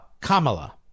Kamala